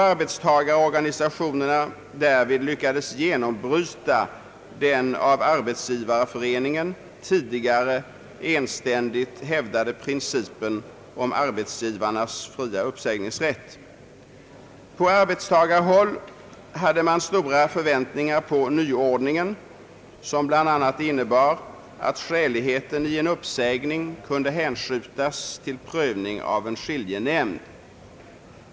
Arbetstagarorganisationerna lyckades därvid genombryta den av Arbetsgivareföreningen tidigare enständigt hävdade principen om arbetsgivarnas fria uppsägningsrätt. På arbetstagarhåll hade man stora förväntningar på nyordningen, som bland annat innebar att skäligheten i en uppsägning kunde hänskjutas till prövning av en skiljenämnd.